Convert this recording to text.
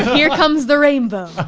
here comes the rainbow,